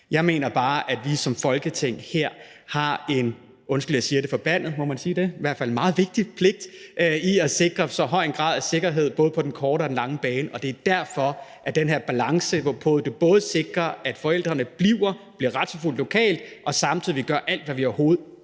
Jeg mener bare, at vi som Folketing her har en, undskyld, jeg siger det, forbandet – må man sige det? – eller i hvert fald en meget vigtig pligt i at sikre så høj en grad af sikkerhed både på den korte og den lange bane. Det er derfor, der skal være den her balance, der både sikrer, at forældrene bliver retsforfulgt lokalt, og vi samtidig gør alt, hvad vi overhovedet